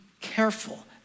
careful